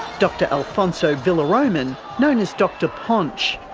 dr alfonso villaroman, known as dr ponch.